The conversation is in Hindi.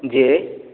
जी